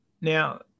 Now